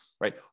Right